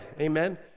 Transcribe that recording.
amen